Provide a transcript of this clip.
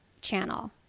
channel